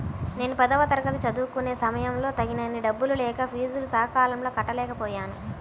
నేను పదవ తరగతి చదువుకునే సమయంలో తగినన్ని డబ్బులు లేక ఫీజులు సకాలంలో కట్టలేకపోయాను